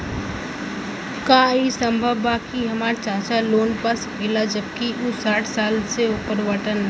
का ई संभव बा कि हमार चाचा लोन पा सकेला जबकि उ साठ साल से ऊपर बाटन?